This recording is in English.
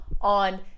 on